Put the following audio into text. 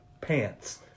pants